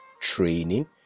training